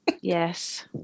Yes